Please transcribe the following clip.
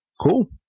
Cool